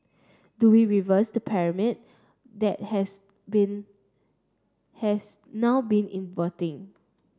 do we reverse the pyramid that has been has now been inverting